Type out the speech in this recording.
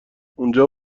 اونجا